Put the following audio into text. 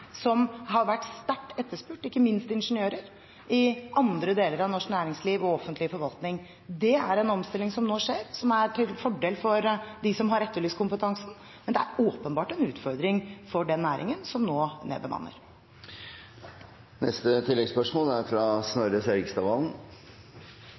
som har vært sterkt etterspurt – ikke minst ingeniører – til andre deler av norsk næringsliv og offentlig forvaltning. Det er en omstilling som nå skjer som er til fordel for dem som har etterlyst kompetansen, men det er åpenbart en utfordring for den næringen som nå nedbemanner. Snorre Serigstad Valen